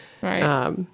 Right